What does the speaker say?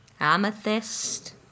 amethyst